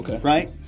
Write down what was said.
right